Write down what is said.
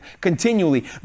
continually